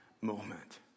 moment